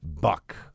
BUCK